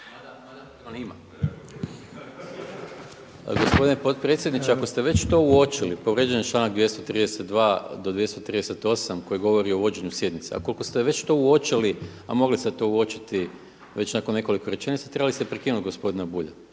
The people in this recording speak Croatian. **Maras, Gordan (SDP)** Gospodine potpredsjedniče, ako ste već to uočili, povrijeđen je članak 232. do 238. koji govori o vođenju sjednice, a ukoliko ste to već uočili a mogli ste to uočiti već nakon nekoliko rečenica trebali ste prekinuti gospodina Bulja,